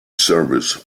service